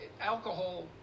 alcohol